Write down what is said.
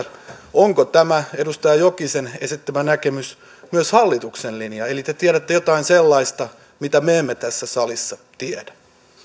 onko tämä edustaja jokisen esittämä näkemys myös hallituksen linja eli tiedättekö te jotain sellaista mitä me emme tässä salissa tiedä